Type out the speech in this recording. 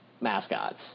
mascots